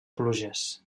pluges